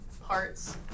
parts